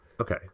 Okay